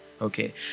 Okay